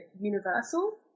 universal